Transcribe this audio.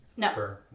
No